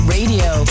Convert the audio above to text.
Radio